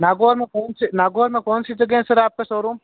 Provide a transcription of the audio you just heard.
नागौर में कौन सी नागौर में कौन सी जगह है सर आपका शोरूम